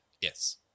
Yes